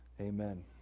Amen